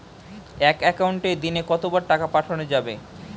এক একাউন্টে দিনে কতবার টাকা পাঠানো যাবে?